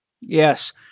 Yes